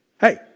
Hey